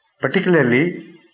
particularly